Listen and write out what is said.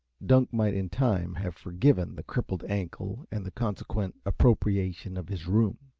dunk might, in time, have forgiven the crippled ankle, and the consequent appropriation of his room,